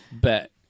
bet